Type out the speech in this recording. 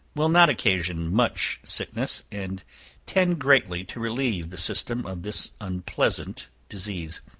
will not occasion much sickness, and tend greatly to relieve the system of this unpleasant disease.